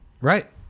right